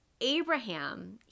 Abraham